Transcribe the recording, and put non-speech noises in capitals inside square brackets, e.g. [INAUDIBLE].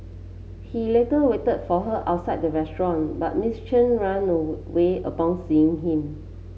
he later waited for her outside the restaurant but Miss Chen ran [UNINTELLIGIBLE] away upon seeing him